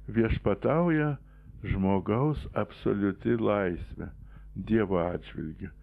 viešpatauja žmogaus absoliuti laisvė dievo atžvilgiu